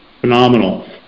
Phenomenal